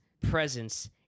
presence